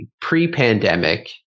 pre-pandemic